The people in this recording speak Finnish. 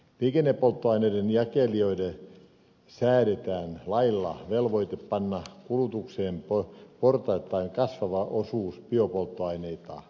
liikennepolttoaineiden jakelijoille säädetään lailla velvoite panna kulutukseen portaittain kasvava osuus biopolttoaineita